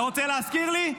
אתה רוצה להזכיר לי?